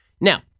Now